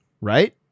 Right